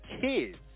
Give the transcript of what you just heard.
kids